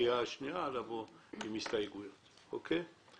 הבעיה היא לא עם הסוף, הבעיה היא עם